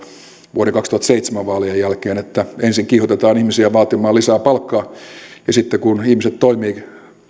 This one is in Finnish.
vuoden kaksituhattaseitsemän vaalien jälkeen että ensin kiihotetaan ihmisiä vaatimaan lisää palkkaa ja sitten kun ihmiset toimivat